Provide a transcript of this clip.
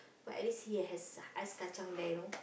but at least he has Ice-Kacang there you know